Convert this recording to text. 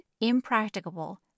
impracticable